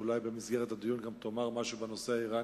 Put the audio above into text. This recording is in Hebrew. שאולי במסגרת הדיון גם תאמר משהו בנושא האירני.